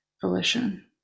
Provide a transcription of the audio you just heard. volition